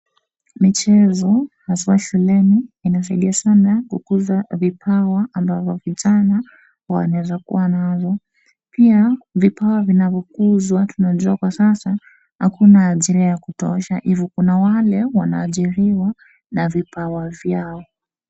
Michezo haswa shuleni, inasaidia sana kukuza vipawa, ambavyo vijana, wanaweza kuwa nazo. Pia vipawa vinavyokuzwa tunajua kwa sasa hakuna ajira ya kutosha, hivo kuna wale, wanaajiriwa na vipawa vyao.